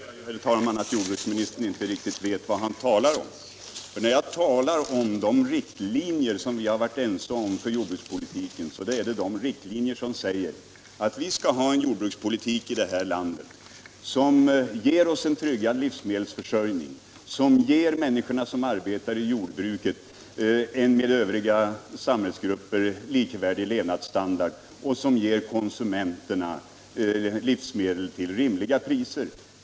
Herr talman! Jag märker att herr jordbruksministern inte vet vad han talar om. När jag talar om de riktlinjer vi har varit ense om för jordbrukspolitiken så är det de riktlinjer som säger att vi skall ha en jordbrukspolitik i det här landet som ger oss en tryggad livsmedelsförsörjning, som ger människorna som arbetar i jordbruket en med övriga samhällsgrupper likvärdig levnadsstandard och som ger konsumenterna livsmedel till rimliga priser.